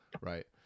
right